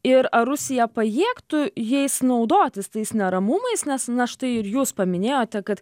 ir ar rusija pajėgtų jais naudotis tais neramumais nes na štai ir jūs paminėjote kad